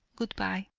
good-bye.